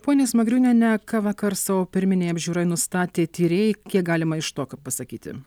ponia smagriūniene ką vakar savo pirminėj apžiūroj nustatė tyrėjai kiek galima iš to ką pasakyti